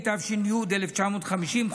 התש"י 1950,